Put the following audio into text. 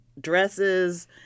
dresses